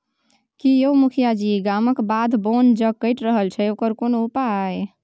की यौ मुखिया जी गामक बाध बोन जे कटि रहल छै ओकर कोनो उपाय